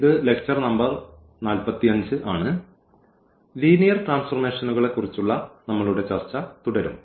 ഇത് lecture number 45 ആണ് linear ട്രാൻസ്ഫർമേഷനുകളെക്കുറിച്ചുള്ള നമ്മളുടെ ചർച്ച തുടരും